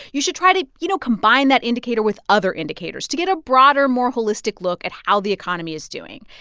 you should try to, you know, combine that indicator with other indicators to get a broader, more holistic look at how the economy is doing.